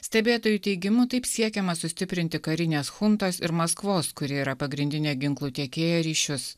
stebėtojų teigimu taip siekiama sustiprinti karinės chuntos ir maskvos kuri yra pagrindinė ginklų tiekėja ryšius